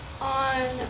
on